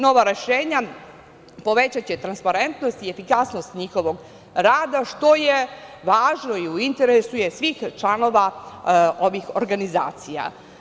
Nova rešenja povećaće transparentnost i efikasnost njihovog rada, što je važno i u interesu je svih članova ovih organizacija.